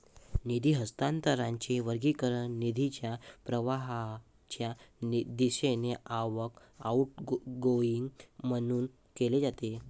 निधी हस्तांतरणाचे वर्गीकरण निधीच्या प्रवाहाच्या दिशेने आवक, आउटगोइंग म्हणून केले जाते